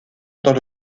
dans